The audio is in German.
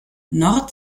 nord